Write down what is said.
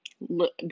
look